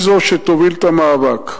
היא שתוביל את המאבק.